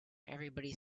everybody